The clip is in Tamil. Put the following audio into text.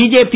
பிஜேபி